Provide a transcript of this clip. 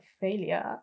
failure